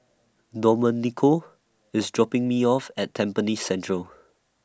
Domenico IS dropping Me off At Tampines Central